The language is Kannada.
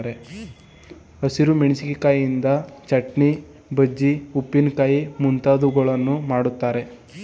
ಹಸಿರು ಮೆಣಸಿಕಾಯಿಯಿಂದ ಚಟ್ನಿ, ಬಜ್ಜಿ, ಉಪ್ಪಿನಕಾಯಿ ಮುಂತಾದವುಗಳನ್ನು ಮಾಡ್ತರೆ